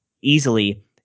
easily